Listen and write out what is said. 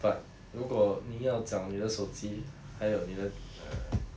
but 如果你要找你的手机还有你的 err